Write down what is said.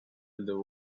the